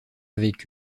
avec